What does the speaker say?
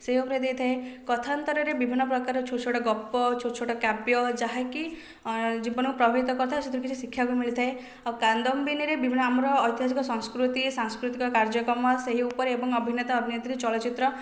ସେହି ଉପରେ ଦେଇଥାଏ କଥାନ୍ତରରେ ବିଭିନ୍ନପ୍ରକାରର ଛୋଟ ଛୋଟ ଗପ ଛୋଟ ଛୋଟ କାବ୍ୟ ଯାହାକି ଜୀବନକୁ ପ୍ରଭାବିତ କରିଥାଏ ସେଥିରୁ କିଛି ଶିକ୍ଷା ବି ମିଳିଥାଏ ଆଉ କାଦମ୍ବିନୀରେ ବିଭିନ୍ନ ଆମର ଐତିହାସିକ ସଂସ୍କୃତି ସାଂସ୍କୃତିକ କର୍ଯ୍ୟକ୍ରମ ସେହି ଉପରେ ଏବଂ ଅଭିନେତା ଅଭିନେତ୍ରୀ ଚଳଚିତ୍ର